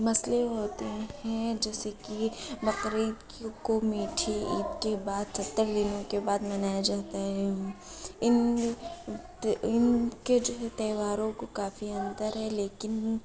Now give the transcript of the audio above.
مسئلے ہوتے ہیں جیسے کہ بقرعید کو میٹھی عید کے بعد ستر دنوں کے بعد منایا جاتا ہے ان کے جو ہے تہواروں کو کافی انتر ہے لیکن